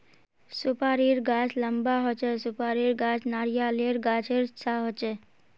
सुपारीर गाछ लंबा होचे, सुपारीर गाछ नारियालेर गाछेर सा होचे